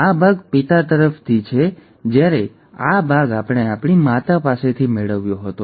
તેથી આ ભાગ પિતા તરફથી છે જ્યારે આ ભાગ આપણે આપણી માતા પાસેથી મેળવ્યો હતો